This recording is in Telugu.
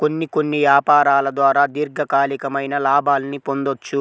కొన్ని కొన్ని యాపారాల ద్వారా దీర్ఘకాలికమైన లాభాల్ని పొందొచ్చు